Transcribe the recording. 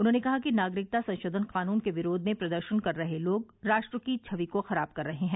उन्होंने कहा कि नागरिकता संशोधन कानून के विरोध में प्रदर्शन कर रहे लोग राष्ट्र की छवि को खराब कर रहे हैं